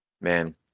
Man